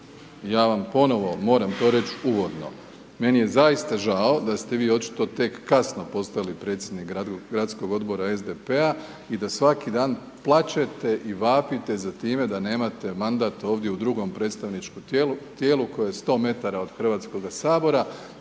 ja vam ponovo moram to reć uvodno, meni je zaista žao da ste vi očito tek kasno postali predsjednik Gradskog odbora SDP-a i da svaki dan plačete i vapite za time da nemate mandat ovdje u drugom predstavničkom tijelu koje je 100 metara od Hrvatskog sabora